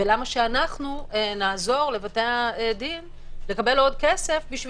ולמה שאנחנו נעזור לבתי הדין לקבל עוד כסף בשביל